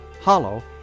Hollow